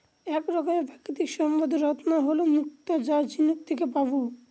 এক রকমের প্রাকৃতিক সম্পদ রত্ন হল মুক্তা যা ঝিনুক থেকে পাবো